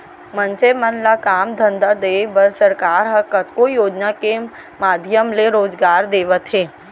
मनसे मन ल काम धंधा देय बर सरकार ह कतको योजना के माधियम ले रोजगार देवत हे